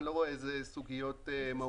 אני לא רואה סוגיות מהותיות.